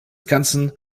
ganzen